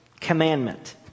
commandment